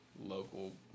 local